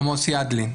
עמוס ידלין.